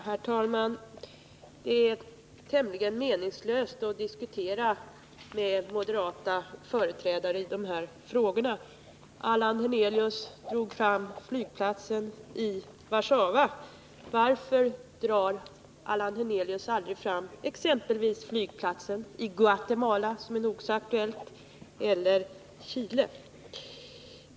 Herr talman! Det är tämligen meningslöst att diskutera med moderata företrädare i dessa frågor. Allan Hernelius tog upp frågan om flygplatsen i Warszawa. Varför pekar Allan Hernelius aldrig på exempelvis den flygplats i Guatemala som är nog så aktuell f. n. eller på Chile?